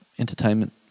Entertainment